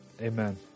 Amen